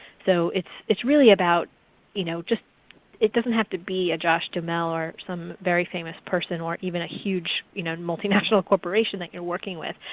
so it's it's really about you know it doesn't have to be a josh dumal or some very famous person, or even a huge you know multinational corporation that you're working with.